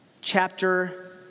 chapter